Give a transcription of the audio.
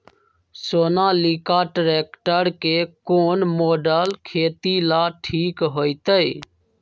Sonalika tractor के कौन model खेती ला ठीक होतै?